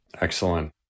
Excellent